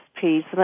piece